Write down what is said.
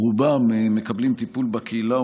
רובם מקבלים טיפול בקהילה,